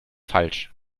falsch